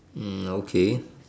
hmm okay